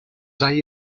hay